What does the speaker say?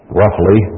roughly